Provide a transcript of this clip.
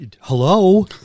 Hello